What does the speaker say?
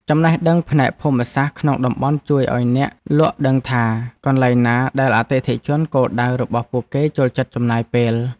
ចំណេះដឹងផ្នែកភូមិសាស្ត្រក្នុងតំបន់ជួយឱ្យអ្នកលក់ដឹងថា កន្លែងណាដែលអតិថិជនគោលដៅរបស់ពួកគេចូលចិត្តចំណាយពេល។